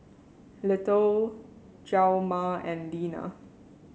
Little Hjalmar and Lena